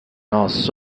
nos